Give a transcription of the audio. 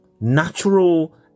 natural